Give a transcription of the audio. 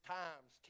times